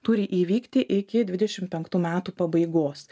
turi įvykti iki dvidešimt penktų metų pabaigos